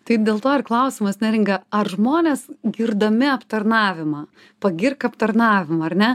taip dėl to ir klausimas neringa ar žmonės girdami aptarnavimą pagirk aptarnavimą ar ne